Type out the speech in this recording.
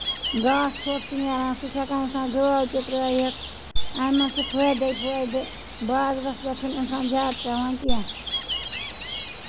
گاسہٕ تھوٚپ چھُ نیران سُہ چھُ ہٮ۪کان اِنسان گٲو ترٲوِتھ اَمہِ منٛز چھُ فٲیدٕے فٲیدٕ بازرَس پٮ۪ٹھ چھُ نہٕ اِنسان زیادٕ پیوان کیٚنٛہہ